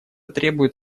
требует